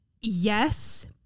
Yes